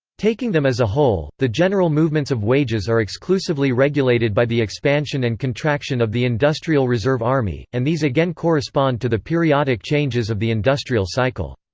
taking them as a whole, the general movements of wages are exclusively regulated by the expansion and contraction of the industrial reserve army, and these again correspond to the periodic changes of the industrial cycle.